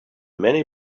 many